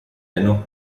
dennoch